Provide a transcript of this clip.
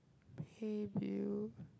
hey Bill